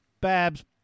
babs